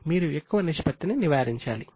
మీరు ఎక్కువ నిష్పత్తిని నివారించాలి